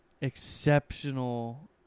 exceptional